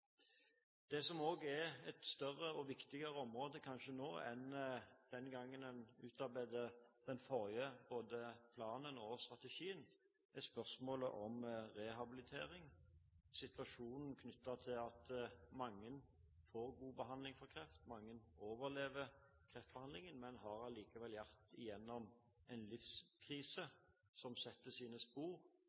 Det som kanskje nå er et større og viktigere område enn den gangen en utarbeidet den forrige planen og strategien, er spørsmålet om rehabilitering – situasjonen knyttet til at mange får god behandling for kreft, mange overlever kreftbehandlingen, men de har allikevel vært gjennom en livskrise som setter sine spor,